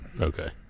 Okay